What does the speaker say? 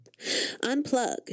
unplug